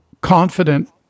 confident